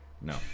No